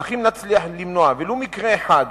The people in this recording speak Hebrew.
אך אם נצליח למנוע ולו מקרה אחד,